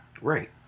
Right